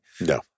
No